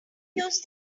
use